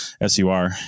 S-U-R